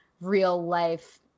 real-life